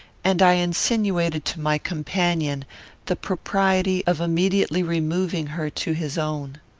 and i insinuated to my companion the propriety of immediately removing her to his own.